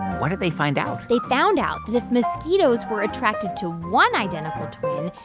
what did they find out? they found out that if mosquitoes were attracted to one identical twin,